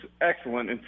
excellent